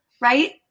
right